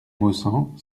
maussangs